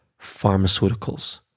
pharmaceuticals